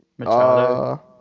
Machado